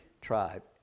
tribe